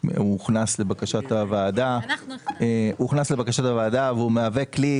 הוא הוכנס לבקשת הוועדה והוא מהווה כלי